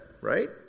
Right